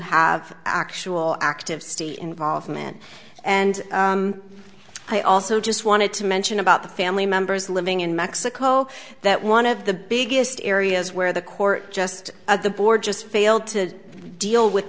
have actual active state involvement and i also just wanted to mention about the family members living in mexico that one of the biggest areas where the court just the board just failed to deal with